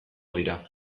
dira